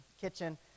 kitchen